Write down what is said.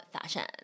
fashion